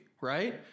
right